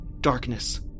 darkness